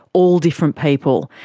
all different people,